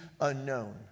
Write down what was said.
unknown